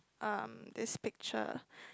um this picture